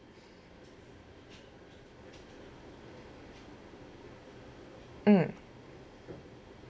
mm